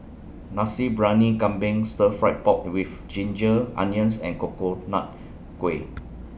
Nasi Briyani Kambing Stir Fried Pork with Ginger Onions and Coconut Kuih